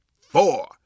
four